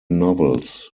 novels